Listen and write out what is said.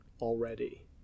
already